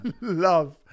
love